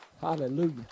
Hallelujah